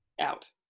Out